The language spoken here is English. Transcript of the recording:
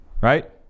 right